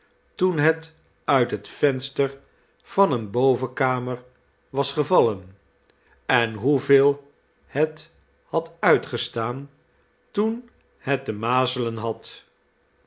toen het uit het venster van eene bovenkamer was gevallen en hoeveel het had uitgestaan toen het de mazelen had